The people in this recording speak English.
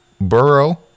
Burrow